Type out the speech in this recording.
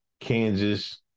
Kansas